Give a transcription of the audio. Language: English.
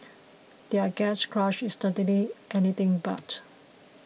their gatecrash is certainly anything but